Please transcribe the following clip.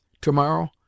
To-morrow